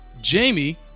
Jamie